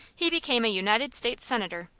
he became a united states senator,